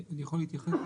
אני יכול להתייחס?